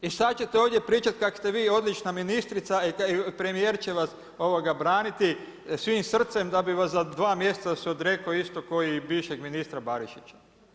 I sad ćete ovdje pričati kak' ste vi odlična ministrica i premijer će vas braniti svim srcem da bi vas za dva mjeseca se odrekao isto kao i bivšeg ministra Barišića.